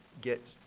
get